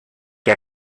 que